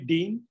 Dean